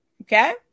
okay